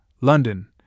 London